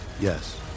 Yes